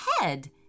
head